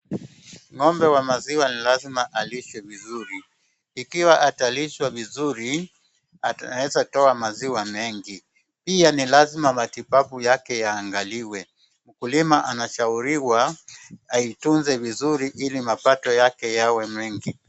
Ng'ombe wa maziwa ni lazma alishwe vizuri. Ikiwa atalishwa vizuri anaeza toa maziwa mengi. Pia ni lazma matibabu yake yaangaliwe. Mkulima anashauriwa aituze vizuri ili mapato yake yawe mengi.